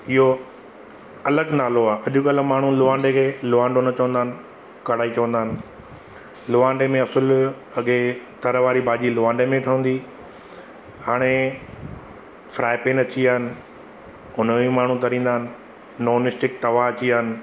इहो अलॻि नालो आहे अॼुकल्ह माण्हू लोहांडे खे लोहांडो न चवंदा आहिनि कढ़ाई चवंदा आहिनि लोहांडे में असुल अॻिए तरा वारी भाॼी लोहांडे में ठहींदी हुई हाणे फ्राए पैन अची विया आहिनि हुनमें बि माण्हू तरींदा आहिनि नॉन स्टिक तवा अची विया आहिनि